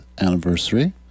anniversary